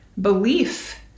belief